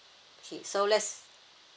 okay so let's